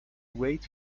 wait